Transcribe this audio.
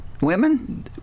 Women